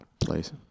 place